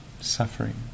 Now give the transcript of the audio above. suffering